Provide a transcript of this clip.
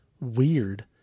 weird